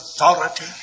authority